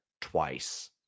twice